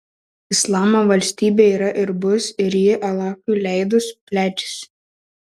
islamo valstybė yra ir bus ir ji alachui leidus plečiasi